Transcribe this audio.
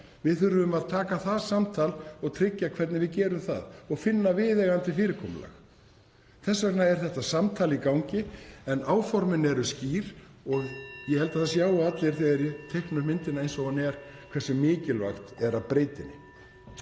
Við þurfum að taka það samtal og tryggja hvernig við gerum það og finna viðeigandi fyrirkomulag. Þess vegna er þetta samtal í gangi. En áformin eru skýr (Forseti hringir.) og ég held að það sjái allir, þegar ég teikna upp myndina eins og hún er, hversu mikilvægt er að breyta henni.